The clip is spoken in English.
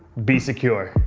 be secure.